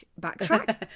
backtrack